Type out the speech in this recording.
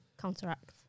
counteract